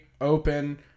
open